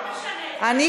מה